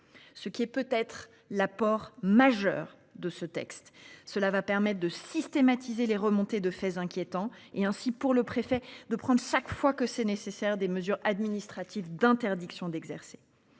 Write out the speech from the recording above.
Ce qui est peut être l'apport majeur de ce texte. Cela va permette de systématiser les remontées de faits inquiétants et ainsi pour le préfet de prendre chaque fois que c'est nécessaire, des mesures administratives d'interdiction d'exercer.